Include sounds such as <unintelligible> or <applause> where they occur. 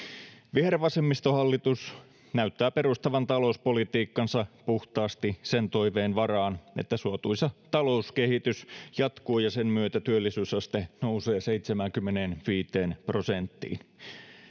vihervasemmistohallitus näyttää perustavan talouspolitiikkansa puhtaasti sen toiveen varaan että suotuisa talouskehitys jatkuu ja sen myötä työllisyysaste nousee seitsemäänkymmeneenviiteen prosenttiin <unintelligible>